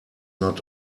not